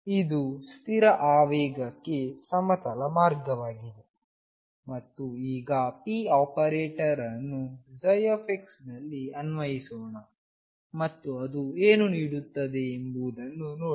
ಇದು ಸ್ಥಿರ ಆವೇಗಕ್ಕೆ ಸಮತಲ ಮಾರ್ಗವಾಗಿದೆ ಮತ್ತು ಈಗ p ಆಪರೇಟರ್ ಅನ್ನು ψ ನಲ್ಲಿ ಅನ್ವಯಿಸೋಣ ಮತ್ತು ಅದು ಏನು ನೀಡುತ್ತದೆ ಎಂಬುದನ್ನು ನೋಡಿ